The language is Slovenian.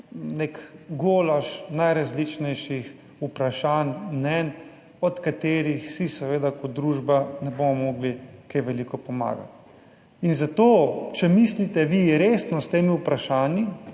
nek golaž najrazličnejših vprašanj, mnenj, od katerih si seveda kot družba ne bomo mogli kaj veliko pomagati. In zato, če mislite vi resno s temi vprašanji